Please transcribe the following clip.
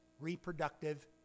reproductive